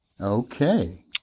Okay